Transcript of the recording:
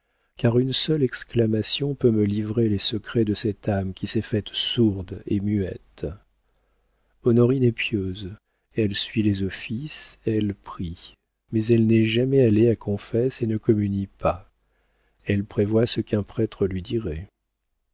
car une seule exclamation peut me livrer les secrets de cette âme qui s'est faite sourde et muette honorine est pieuse elle suit les offices elle prie mais elle n'est jamais allée à confesse et ne communie pas elle prévoit ce qu'un prêtre lui dirait